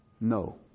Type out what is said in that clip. No